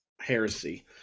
heresy